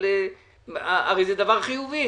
הרי זה דבר חינוכי,